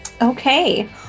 Okay